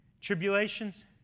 Tribulations